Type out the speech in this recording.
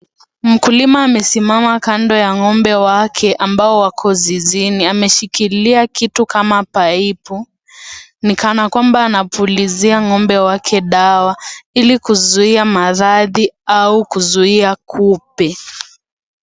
Mkulima amesimama kando ya ng'ombe wake ambao wako zizini. Ameshikilia kitu kama paipu ni kana kwamba anapulizia ng'ombe wake dawa ili kuzuia maradhi au kuzuia kupe.